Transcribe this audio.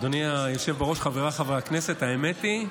אדוני היושב-ראש, חבריי חברי הכנסת, האמת היא,